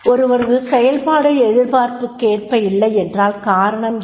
ஒருவரது செய்லபாடு எதிர்பார்ப்புக்கேற்ப இல்லையென்றால் காரணம் என்ன